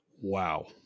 wow